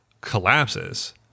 collapses